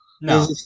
No